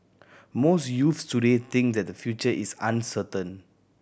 most youths today think that their future is uncertain